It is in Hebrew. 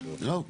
זהו.